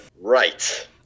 right